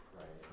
right